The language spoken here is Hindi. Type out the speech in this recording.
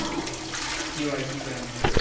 के.वाई.सी क्या है?